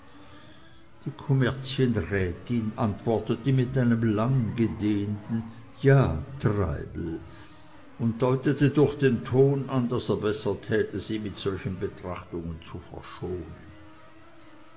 die kommerzienrätin antwortete mit einem langgedehnten ja treibel und deutete durch den ton an daß er besser täte sie mit solchen betrachtungen zu verschonen